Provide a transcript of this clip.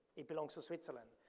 it belongs to switzerland.